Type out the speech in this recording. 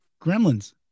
Gremlins